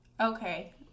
Okay